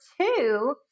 two